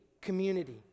community